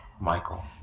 Michael